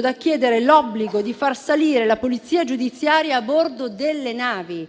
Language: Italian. da chiedere l'obbligo di far salire la Polizia giudiziaria a bordo delle navi.